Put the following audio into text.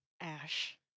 Ash